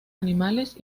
animales